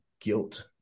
guilt